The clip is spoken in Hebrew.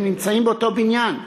הם נמצאים באותו בניין,